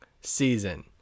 season